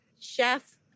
chef